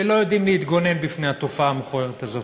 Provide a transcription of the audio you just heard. שלא יודעים להתגונן בפני התופעה המכוערת הזאת.